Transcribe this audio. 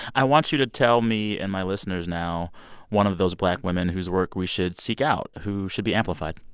i want you to tell me and my listeners now one of those black women whose work we should seek out who should be amplified